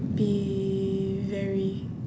be very